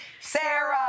Sarah